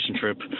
trip